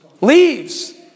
leaves